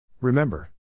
remember